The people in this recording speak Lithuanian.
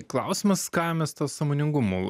klausimas ką mes tą sąmoningumu